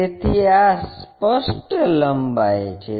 તેથી આ સ્પષ્ટ લંબાઈ છે